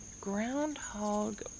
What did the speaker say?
Groundhog